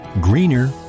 greener